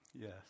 Yes